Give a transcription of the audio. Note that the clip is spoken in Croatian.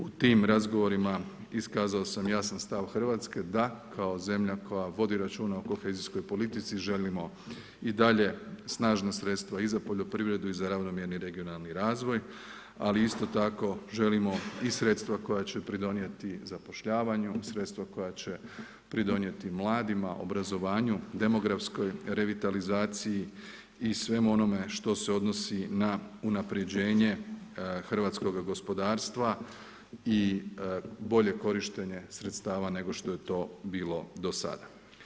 U tim razgovorima iskazao sam jasan stav Hrvatske da kao zemlja koja vodi računa o kohezijskoj politici želimo i dalje snažna sredstva i za poljoprivredu i za ravnomjerni regionalni razvoj, ali isto tako želimo i sredstva koja će pridonijeti zapošljavanju, sredstva koja će pridonijeti mladima, obrazovanju, demografskoj revitalizaciji i svemu onome što se odnosi na unapređenje hrvatskoga gospodarstva i bolje korištenje sredstava nego što je to bilo do sada.